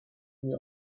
mir